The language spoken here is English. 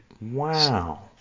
Wow